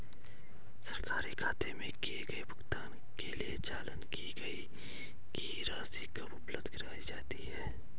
सरकारी खाते में किए गए भुगतान के लिए चालान की रसीद कब उपलब्ध कराईं जाती हैं?